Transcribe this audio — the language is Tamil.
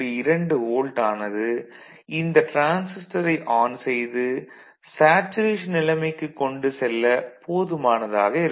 2 வோல்ட் ஆனது இந்த டிரான்சிஸ்டரை ஆன் செய்து சேச்சுரேஷன் நிலைமைக்குக் கொண்டு செல்ல போதுமானதாக இருக்கும்